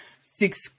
six